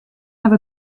have